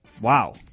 Wow